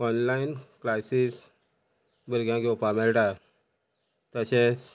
online classes भुरग्यांक घेवपा मेळटा तशेंच